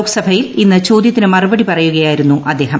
ലോക്സഭയിൽ ഇന്ന് ചോദ്യത്തിന് മറുപടി പറയുകയായിരുന്നു അദ്ദേഹം